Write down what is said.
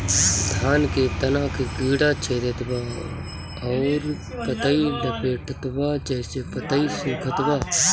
धान के तना के कीड़ा छेदत बा अउर पतई लपेटतबा जेसे पतई सूखत बा?